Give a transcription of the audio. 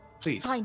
please